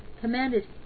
commanded